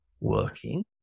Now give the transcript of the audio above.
working